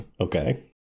Okay